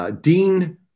Dean